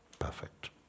Perfect